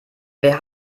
wer